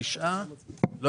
תשעה בעד.